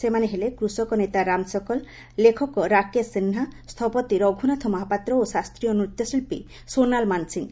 ସେମାନେ ହେଲେ କୃଷକ ନେତା ରାମ ଶକଲ୍ ଲେଖକ ରାକେଶ ସିହା ସ୍ଥୁପତି ରଘୁନାଥ ମହାପାତ୍ର ଓ ଶାସ୍ତୀୟ ନୃତ୍ୟଶିଳ୍ପୀ ସୋନାଲ୍ ମାନସିଂ